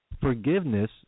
forgiveness